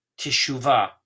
teshuvah